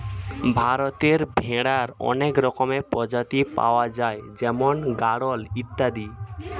ভারতে ভেড়ার অনেক রকমের প্রজাতি পাওয়া যায় যেমন গাড়ল ইত্যাদি